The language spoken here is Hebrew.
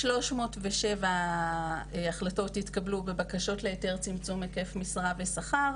307 החלטות התקבלו בבקשות להיתר צמצום היקף משרה ושכר